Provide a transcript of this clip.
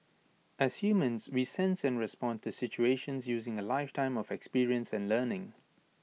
as humans we sense and respond to situations using A lifetime of experience and learning